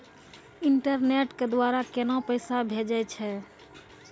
Internet के द्वारा केना पैसा भेजय छै?